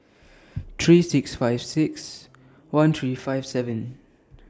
three six five six one three five seven